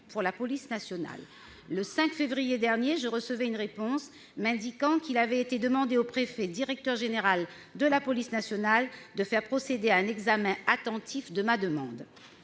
de la police nationale. Le 5 février dernier, je recevais une réponse m'indiquant qu'il avait été « demandé au préfet, directeur général de la police nationale, de faire procéder à un examen attentif de ma demande